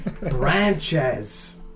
Branches